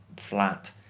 flat